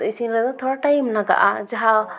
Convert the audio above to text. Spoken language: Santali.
ᱤᱥᱤᱱ ᱨᱮᱫᱚ ᱛᱷᱚᱲᱟ ᱴᱟᱭᱤᱢ ᱞᱟᱜᱟᱜᱼᱟ ᱡᱟᱦᱟᱸ